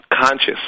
Conscious